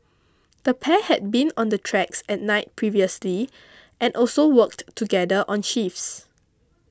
the pair had been on the tracks at night previously and also worked together on shifts